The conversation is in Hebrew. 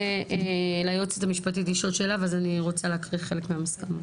מעבירה ליועצת המשפטית לשאול שאלה ואז אני רוצה להקריא חלק מהמסקנות.